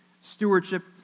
stewardship